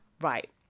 right